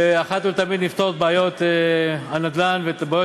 ואחת ולתמיד נפתור את בעיות הנדל"ן ואת בעיות